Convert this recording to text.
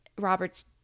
Robert's